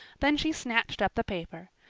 then she snatched up the paper.